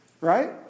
Right